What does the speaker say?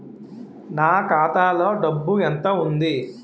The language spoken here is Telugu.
నా ఖాతాలో డబ్బు ఎంత ఉంది?